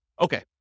Okay